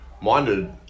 minded